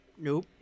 Nope